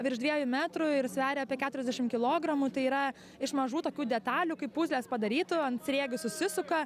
virš dviejų metrų ir sveria apie keturiasdešim kilogramų tai yra iš mažų tokių detalių kaip puzlės padarytų ant sriegių susisuka